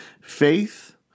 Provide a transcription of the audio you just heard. faith